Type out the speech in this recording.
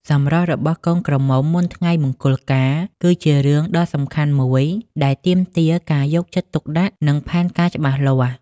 សម្រស់របស់កូនក្រមុំមុនថ្ងៃមង្គលការ គឺជារឿងដ៏សំខាន់មួយដែលទាមទារការយកចិត្តទុកដាក់ និងផែនការច្បាស់លាស់ ។